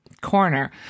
corner